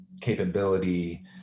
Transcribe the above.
capability